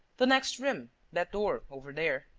the next room that door over there.